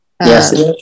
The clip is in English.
Yes